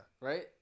Right